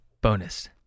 bonus